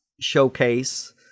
showcase